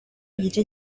igice